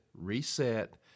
reset